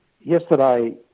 yesterday